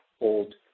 old